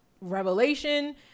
revelation